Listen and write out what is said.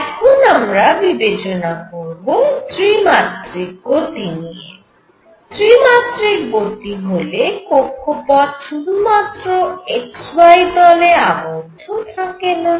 এখন আমরা বিবেচনা করব ত্রিমাত্রিক গতি নিয়ে ত্রিমাত্রিক গতি হলে কক্ষপথ শুধুমাত্র x y তলে আবদ্ধ থাকেনা